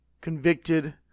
convicted